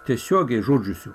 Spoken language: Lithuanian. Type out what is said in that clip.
tiesiogiai žudžiusių